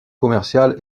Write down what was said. commerciale